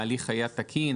ההליך היה תקין,